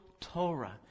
Torah